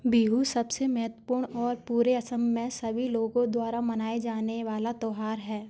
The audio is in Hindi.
बिहू सबसे महत्वपूर्ण और पूरे असम में सभी लोगों द्वारा मनाए जाने वाला त्यौहार है